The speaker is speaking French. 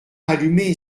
allumer